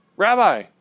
Rabbi